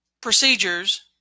procedures